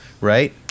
Right